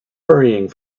hurrying